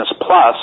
plus